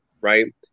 Right